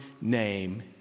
name